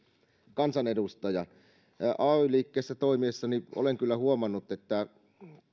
kansanedustaja ay liikkeessä toimiessani olen kyllä huomannut että